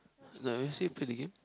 the you say play the game